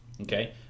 okay